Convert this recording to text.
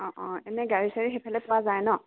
অঁ অঁ এনেই গাড়ী চাড়ী সেইফালে পোৱা যায় ন